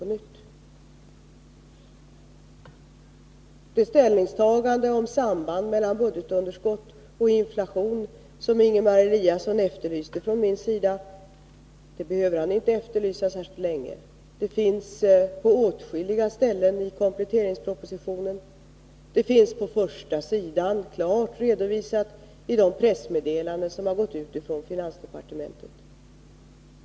Det ställningstagande till sambandet mellan budgetunderskott och inflation som Ingemar Eliasson efterlyste från min sida behöver han inte efterlysa särskilt länge. Det finns dokumenterat på åtskilliga ställen i kompletteringspropositionen, och det är klart redovisat på första sidan i de pressmeddelanden som har gått ut från finansdepartementet.